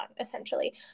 essentially